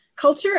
Culture